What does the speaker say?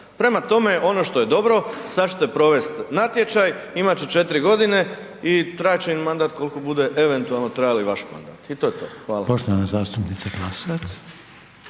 Prema tome, ono što je dobro, sad ćete provest natječaj, imat će 4 godine i trajat će im mandat kolko bude eventualno trajao i vaš mandat i to je to.